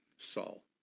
Saul